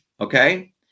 okay